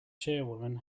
chairwoman